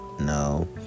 No